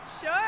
Sure